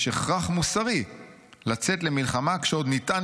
יש הכרח מוסרי לצאת למלחמה כשעוד ניתן